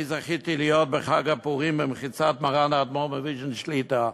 אני זכיתי להיות בחג הפורים במחיצת מרן האדמו"ר מוויז'ניץ שליט"א,